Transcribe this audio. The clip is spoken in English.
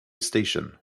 station